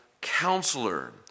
Counselor